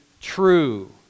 true